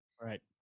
Right